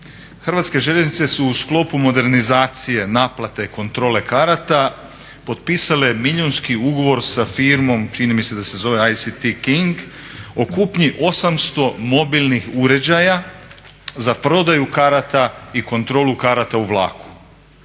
Hrvatske željeznice su u sklopu modernizacije naplate kontrole karata potpisale milijunski ugovor sa firmom, čini mi se da se zove IST KING, o kupnji 800 mobilnih uređaja za prodaju karata i kontrolu karata u vlaku.